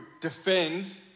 defend